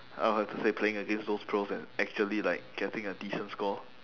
I would have to say playing against those pros and actually like getting a decent score